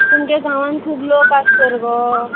तुमगेले गांवान खूब लोक आसात तर गो